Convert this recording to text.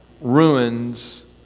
ruins